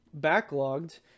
Backlogged